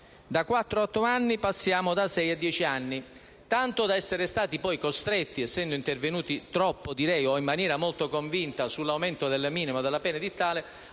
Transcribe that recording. a otto anni passiamo da sei a dieci anni, tanto da essere stati poi costretti, essendo intervenuti troppo o in maniera molto convinta sull'aumento del minimo della pena edittale,